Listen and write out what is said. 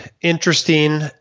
interesting